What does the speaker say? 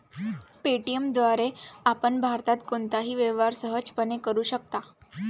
Paytm द्वारे आपण भारतात कोणताही व्यवहार सहजपणे करू शकता